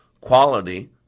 Quality